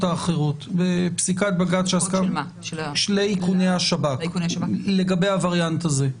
האחרות של איכוני השב"כ לגבי הווריאנט הזה?